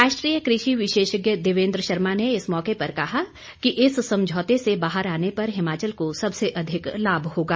राष्ट्रीय कृषि विशेषज्ञ देवेंद्र शर्मा ने इस मौके पर कहा कि इस समझौते से बाहर आने पर हिमाचल को सबसे अधिक लाभ होगा